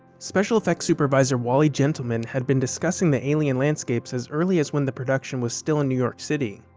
special effects supervisor wally gentleman had been discussing the alien landscapes as early as when the production was still in new york city.